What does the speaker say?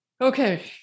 Okay